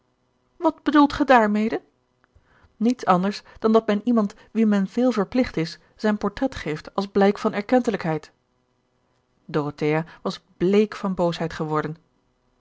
wat bedoelt ge daarmede niets anders dan dat men iemand wien men veel verplicht is zijn portret geeft als blijk van erkentelijkheid dorothea was bleek van boosheid geworden